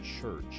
Church